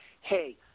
hey